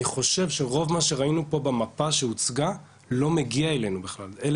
אני חושב שמה שראינו פה במפה שהוצגה לא מגיע אלינו בכלל,